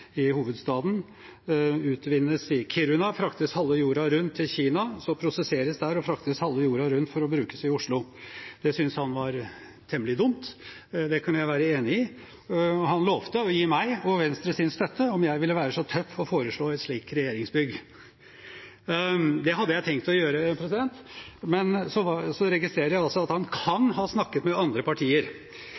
i hovedstaden – utvinnes i Kiruna, fraktes halve jorda rundt til Kina, prosesseres der og fraktes halve jorda rundt for å brukes i Oslo. Det syntes han var temmelig dumt. Det kunne jeg være enig i. Han lovte å gi meg og Venstre sin støtte om jeg ville være så tøff å foreslå et slikt regjeringsbygg. Det hadde jeg tenkt å gjøre, men så registrerer jeg at han kan ha snakket med andre partier,